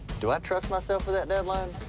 do i trust myself with that deadline?